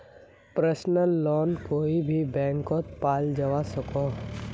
personal loan कोए भी बैंकोत पाल जवा सकोह